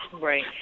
Right